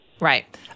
Right